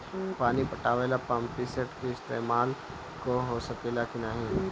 पानी पटावे ल पामपी सेट के ईसतमाल हो सकेला कि ना?